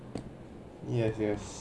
yes yes